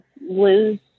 lose